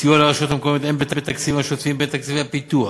סיוע לרשויות המקומיות הן בתקציבים השוטפים והן בתקציבי הפיתוח.